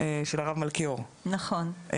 של הרב מלכיאור --- נכון.